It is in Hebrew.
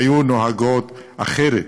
והיו נוהגות אחרת.